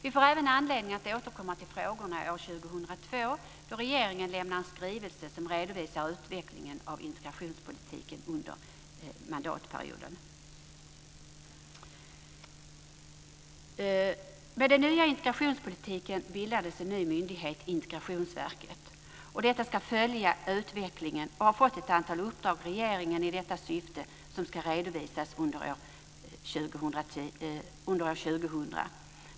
Vi får även anledning att återkomma till frågorna år 2002, då regeringen lämnar en skrivelse som redovisar utvecklingen av integrationspolitiken under mandatperioden. Med den nya integrationspolitiken bildades en ny myndighet, Integrationsverket. Man ska följa utvecklingen och har fått ett antal uppdrag av regeringen i detta syfte som ska redovisas under år 2000.